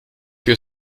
que